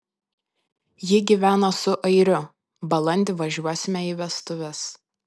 ji gyvena su airiu balandį važiuosime į vestuves